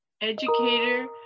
educator